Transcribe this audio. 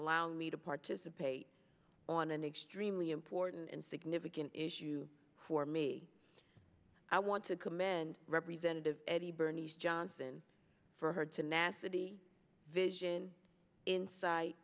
allowing me to participate on an extremely important and significant issue for me i want to commend representative eddie bernice johnson for her tenacity vision insight